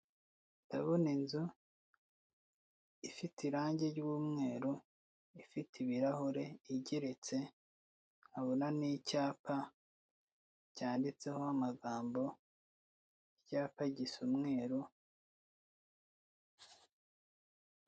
Ndabona inzu ifite irangi ry'umweru ifite ibirahure igeretse nkabona n'icyapa cyanditseho amagambo icyapa gisa umweru.